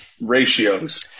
ratios